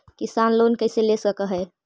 किसान लोन कैसे ले सक है?